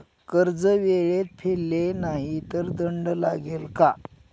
कर्ज वेळेत फेडले नाही तर दंड लागेल का?